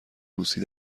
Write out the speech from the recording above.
روسی